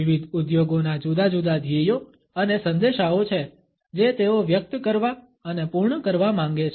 વિવિધ ઉદ્યોગોના જુદા જુદા ધ્યેયો અને સંદેશાઓ છે જે તેઓ વ્યક્ત કરવા અને પૂર્ણ કરવા માંગે છે